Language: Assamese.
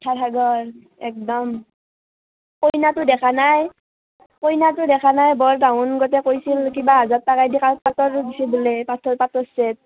কথাৰ সাগৰ একদম কইনাটো দেখা নাই কইনাটো দেখা নাই বৰ তাহোন গতে কৈছিল কিবা হাজাৰ টকা দি পাটৰ দিছে বোলে পাটৰ পাটৰ ছেট